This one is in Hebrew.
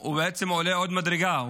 הוא בעצם עולה עוד מדרגה,